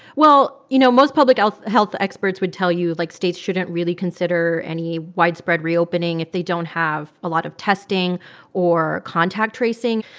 well, you know, most public health health experts would tell you, like, states shouldn't really consider any widespread reopening if they don't have a lot of testing or contact tracing.